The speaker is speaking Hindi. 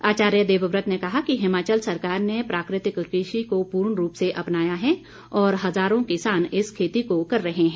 आचार्य देवव्रत ने कहा कि हिमाचल सरकार ने प्राकृतिक कृषि को पूर्ण रूप से अपनाया है और हज़ारों किसान इस खेती को कर रहे हैं